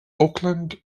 oakland